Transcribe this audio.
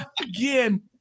Again